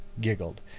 giggled